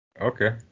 Okay